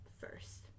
first